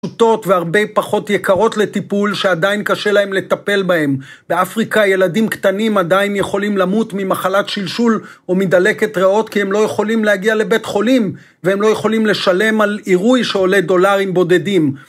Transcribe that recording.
פשוטות והרבה פחות יקרות לטיפול, שעדיין קשה להם לטפל בהם. באפריקה ילדים קטנים עדיין יכולים למות ממחלת שלשול או מדלקת ראות כי הם לא יכולים להגיע לבית חולים, והם לא יכולים לשלם על עירוי שעולה דולרים בודדים